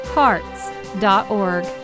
Hearts.org